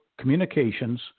communications